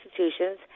institutions